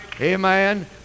Amen